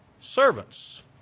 servants